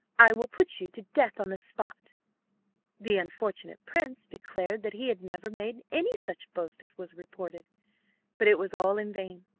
i will put you to death on the spot the unfortunate prince declared that he had never made any such boast as was reported but it was all in vain.